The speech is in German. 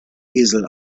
esel